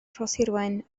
rhoshirwaun